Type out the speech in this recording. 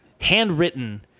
Handwritten